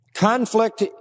Conflict